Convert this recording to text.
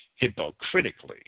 hypocritically